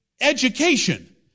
education